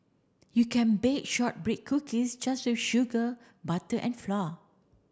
you can bake shortbread cookies just with sugar butter and flour